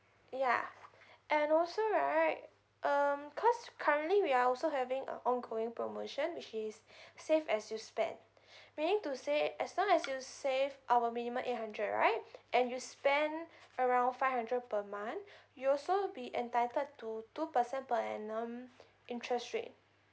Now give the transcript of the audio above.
ya and also right um cause currently we are also having a ongoing promotion which is save as you spend meaning to say as long as you save our minimum eight hundred right and you spend around five hundred per month you also will be entitled to two percent per annum interest rate